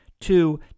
Two